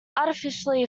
artificially